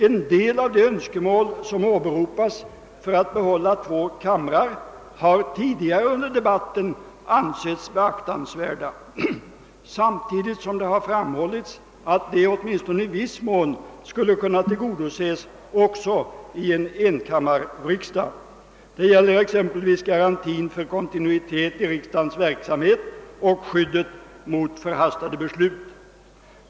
En del av de önskemål som åberopas för att behålla två kamrar har tidigare under debatten ansetts beaktansvärda, samtidigt som det har framhållits att de, åtminstone i viss mån, skulle kunna tillgodoses också i en enkammarriksdag. Det gäller exempelvis garantierna för kontinuitet i riksdagens verksamhet och skyddet mot förhastade beslut.